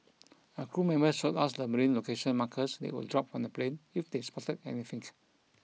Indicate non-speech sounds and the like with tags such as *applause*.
a crew member showed us the marine location markers they would drop from the plane if they spotted anything *unintelligible*